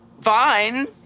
fine